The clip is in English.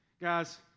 Guys